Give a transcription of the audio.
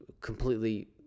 completely